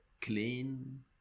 clean